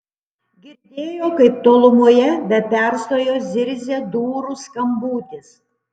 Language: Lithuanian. girdėjo kaip tolumoje be perstojo zirzia durų skambutis